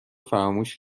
فراموش